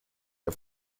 der